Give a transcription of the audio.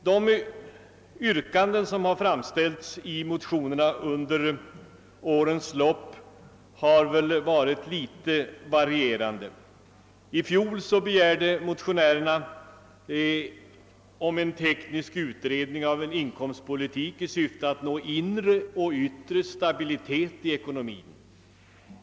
De yrkanden som framställts i motionerna under årens lopp har varit något varierande. I fjol begärde motionärerna teknisk utredning av en inkomstpolitik i syfte att nå »inre och yttre stabilitet i ekonomin».